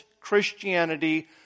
Christianity